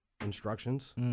instructions